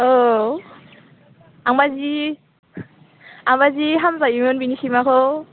औ आंबा जि आंबा जि हामजायोमोन बिनि सैमाखौ